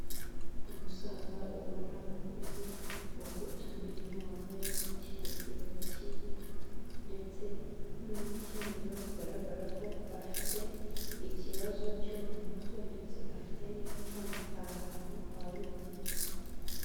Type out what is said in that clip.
Umusaza ubona ukuze wakutse amenyo wambaye ikigofero kibi ndetse n'umukenyero bigaragara ko afite ikibazo cyo mu mutwe ndetse afite n'icumu ari ahantu ha wenyine.